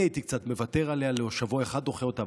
אני הייתי קצת מוותר עליה ולשבוע אחד דוחה אותה,